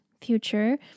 future